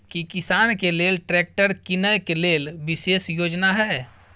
की किसान के लेल ट्रैक्टर कीनय के लेल विशेष योजना हय?